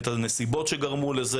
את הנסיבות שגרמו לזה,